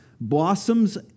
blossoms